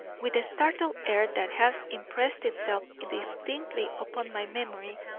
with a startled air that has impressed itself distinctly upon my memory,